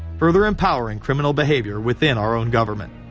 further empowering criminal behavior within our own government.